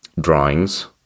drawings